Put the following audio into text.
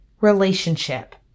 relationship